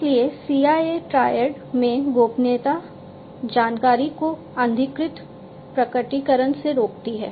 इसलिए CIA triad में गोपनीयता जानकारी को अनधिकृत प्रकटीकरण से रोकती है